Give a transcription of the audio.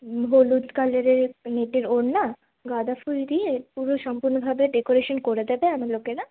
হলুদ কালারের নেটের ওড়না গাঁদা ফুল দিয়ে পুরো সম্পূর্নভাবে ডেকোরেশন করে দেবে আমার লোকেরা